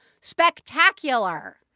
spectacular